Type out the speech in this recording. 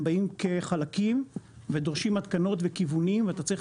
הם באים כחלקים ודורשים התקנות וכיוונים ואתה צריך